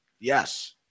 Yes